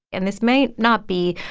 and this may not be,